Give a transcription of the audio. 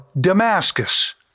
Damascus